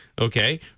okay